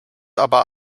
aber